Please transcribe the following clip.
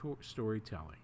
storytelling